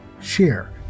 share